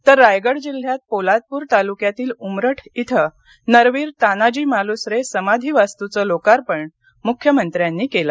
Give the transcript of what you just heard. तर रायगड जिल्ह्यात पोलादपूर तालुक्यातील उमरठ इथं नरवीर तानाजी मालूसरे समाधी वास्तूचं लोकार्पण मृख्यमंत्र्यांनी केलं